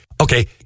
okay